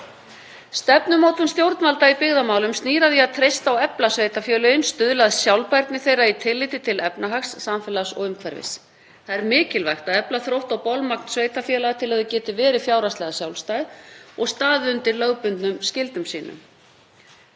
Stefnumótun stjórnvalda í byggðamálum snýr að því að treysta og efla sveitarfélögin, stuðla að sjálfbærni þeirra með tilliti til efnahags, samfélags og umhverfis. Það er mikilvægt að efla þrótt og bolmagn sveitarfélaga til að þau geti verið fjárhagslega sjálfstæð og staðið undir lögbundnum skyldum sínum.